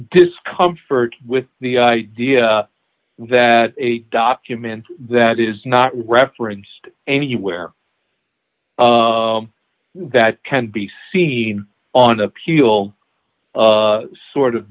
discomfort with the idea that a document that is not referenced anywhere that can be seen on appeal sort of